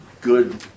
good